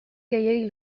gehiegi